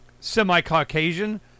semi-Caucasian